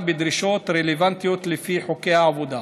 בדרישות רלוונטיות לפי חוקי העבודה.